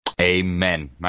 Amen